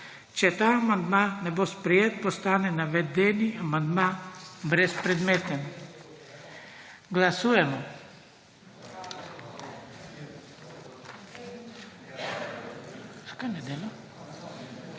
Če ta amandma ne bo sprejet, postane navedeni amandma brezpredmeten. Glasujemo.